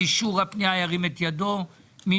עודפים בסך של 23,